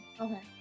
Okay